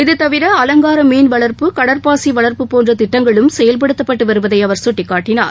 இதுதவிர அலங்கார மீன்வளர்ப்பு கடற்பாசி வளர்ப்பு போன்ற திட்டங்களும் செயல்படுத்தப்பட்டு வருவதை அவர் சுட்டிக்காட்டினார்